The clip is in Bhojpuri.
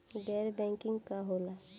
गैर बैंकिंग का होला?